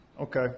Okay